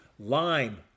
Lime